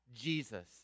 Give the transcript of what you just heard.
Jesus